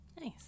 Nice